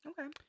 Okay